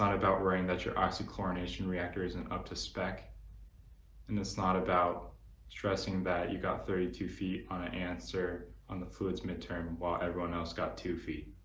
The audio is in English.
about worrying that your oxy chlorination reactor isn't up to spec and it's not about stressing that you got thirty two feet on an answer on the fluids midterm while everyone else got two feet.